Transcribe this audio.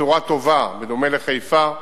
בצורה טובה, בדומה לחיפה.